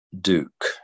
Duke